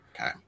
Okay